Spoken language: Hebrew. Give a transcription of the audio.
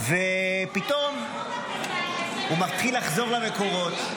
ופתאום הוא מתחיל לחזור למקורות,